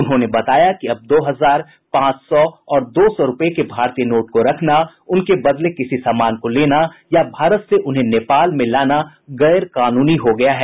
उन्होंने बताया कि अब दो हजार पांच सौ और दो सौ रुपये के भारतीय नोट को रखना उनके बदले किसी सामान को लेना या भारत से उन्हें नेपाल में लाना गैरकानूनी हो गया है